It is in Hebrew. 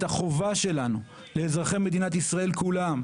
החובה שלנו לאזרחי מדינת ישראל כולם,